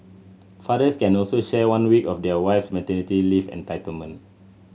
fathers can also share one week of their wife's maternity leave entitlement